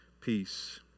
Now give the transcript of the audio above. peace